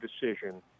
decision